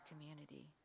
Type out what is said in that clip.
community